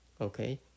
okay